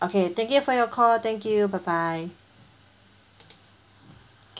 okay thank you for your call thank you bye bye